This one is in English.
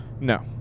No